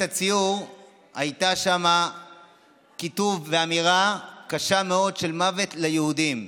הציור יש שם כיתוב ואמירה קשה מאוד של "מוות ליהודים".